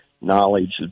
knowledge